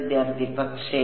വിദ്യാർത്ഥി പക്ഷേ